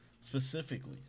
Specifically